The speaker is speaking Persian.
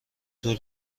طول